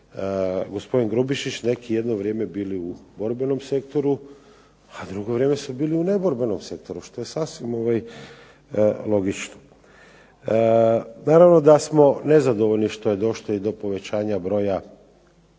gospodin Grubišić, neki jedno vrijeme bili u borbenom sektoru, a drugo vrijeme su bili u neborbenom sektoru što je sasvim logično. Naravno da smo nezadovoljni što je došlo i do povećanja broja